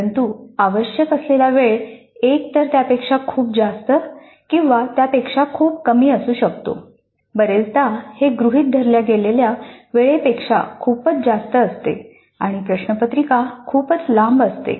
परंतु आवश्यक असलेला वेळ एकतर त्यापेक्षा खूप जास्त किंवा त्यापेक्षा कमी असू शकतो बरेचदा हे गृहीत धरल्या गेलेल्या वेळेपेक्षा खूपच जास्त असते आणि प्रश्नपत्रिका खूपच लांब असते